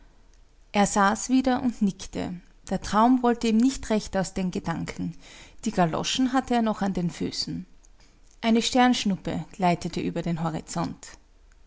er saß wieder und nickte der traum wollte ihm nicht recht aus den gedanken die galoschen hatte er noch an den füßen eine sternschnuppe gleitete über den horizont